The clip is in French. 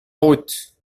route